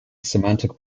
semantic